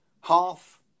half